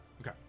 okay